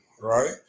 right